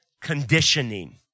conditioning